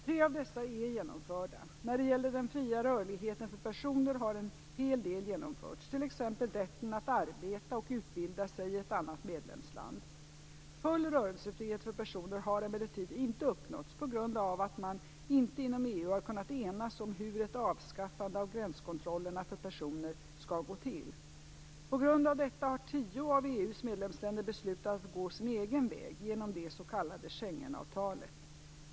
Tre av dessa är genomförda. När det gäller den fria rörligheten för personer har en hel del genomförts, t.ex. rätten att arbeta och utbilda sig i ett annat medlemsland. Full rörelsefrihet för personer har emellertid inte uppnåtts på grund av att man inte inom EU har kunnat enas om hur ett avskaffande av gränskontrollerna för personer skall gå till. På grund av detta har tio av EU:s medlemsländer beslutat att gå sin egen väg genom det s.k. Schengenavtalet.